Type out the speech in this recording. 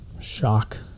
shock